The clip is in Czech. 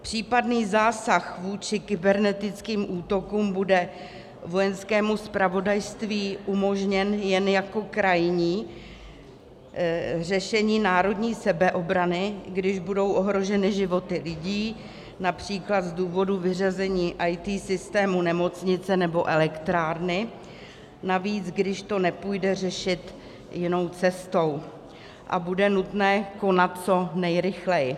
Případný zásah vůči kybernetickým útokům bude Vojenskému zpravodajství umožněn jen jako krajní řešení národní sebeobrany, když budou ohroženy životy lidí, například z důvodu vyřazení IT systému nemocnice nebo elektrárny, navíc když to nepůjde řešit jinou cestou a bude nutné konat co nejrychleji.